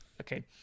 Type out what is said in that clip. okay